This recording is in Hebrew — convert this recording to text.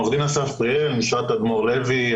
עו"ד אסף פריאל ממשרד תדמור לוי.